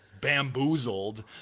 bamboozled